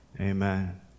Amen